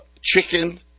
chicken